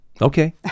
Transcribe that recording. Okay